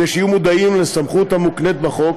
כדי שיהיו מודעים לסמכות המוקנית בחוק.